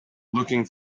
looking